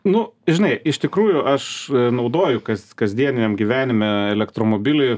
nu žinai iš tikrųjų aš naudoju kas kasdieniniam gyvenime elektromobilį